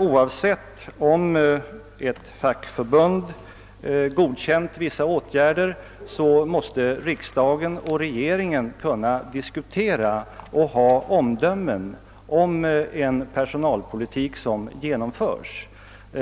Oavsett om ett fackförbund godkänt vissa åtgärder måste riksdagen och regeringen kunna diskutera och fälla omdömen om en personalpolitik som genomförs,